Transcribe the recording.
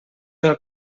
del